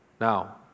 Now